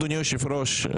אדוני היושב ראש,